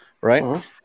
Right